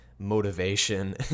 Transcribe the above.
motivation